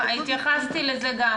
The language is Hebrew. התייחסתי לזה גם.